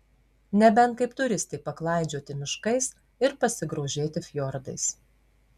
nebent kaip turistė paklaidžioti miškais ir pasigrožėti fjordais